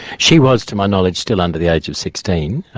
she was, to my knowledge, still under the age of sixteen.